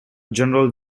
general